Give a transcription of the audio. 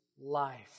life